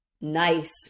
nice